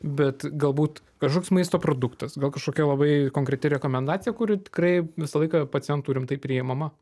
bet galbūt kažkoks maisto produktas gal kažkokia labai konkreti rekomendacija kuri tikrai visą laiką pacientų rimtai priimama